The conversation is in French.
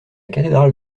cathédrale